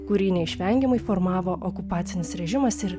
kurį neišvengiamai formavo okupacinis režimas ir